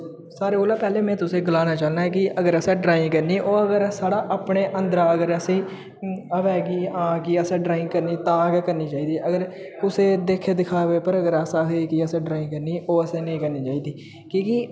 सारें कोला पैह्ले में तुसें गलाना चाह्न्नां कि अगर असें ड्राइंग करनी ओह् अगर साढ़ा अपने अंदरा दा असें आवै कि हां कि असें ड्राइंग करनी तां गै करनी चाहिदी अगर कुसै देक्खे दिखावे उप्पर अगर अस आखगे कि असें ड्राइंग करनी ओह् असें नेईं करनी चाहिदी कि कि